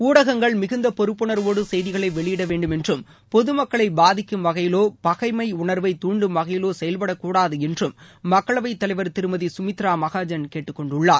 ஊடகங்கள் மிகுந்த பொறுப்புனர்வோடு செய்திகளை வெளியிடவேன்டும் என்றும் பொதுமக்களை பாதிக்கும் வகையிலோ பகைம் உணர்வை தூண்டும் வகையிலோ செயல்படக்கூடாது என்று மக்களவை தலைவர் திருமதி சுமித்ரா மகாஜன் கேட்டுக்கொண்டுள்ளார்